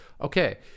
Okay